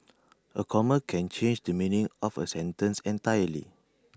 A comma can change the meaning of A sentence entirely